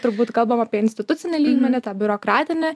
turbūt kalbam apie institucinį lygmenį tą biurokratinį